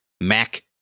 Mac